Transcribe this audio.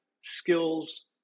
skills